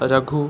Raghu